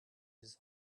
his